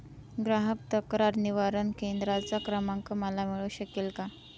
ग्राहक तक्रार निवारण केंद्राचा क्रमांक मला मिळू शकेल का?